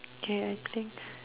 k I think